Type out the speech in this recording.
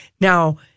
Now